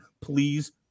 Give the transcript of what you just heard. please